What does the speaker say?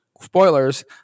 spoilers